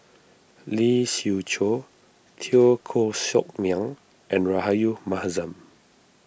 Lee Siew Choh Teo Koh Sock Miang and Rahayu Mahzam